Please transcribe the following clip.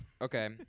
okay